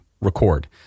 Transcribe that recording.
record